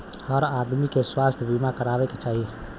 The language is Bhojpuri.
हर आदमी के स्वास्थ्य बीमा कराये के चाही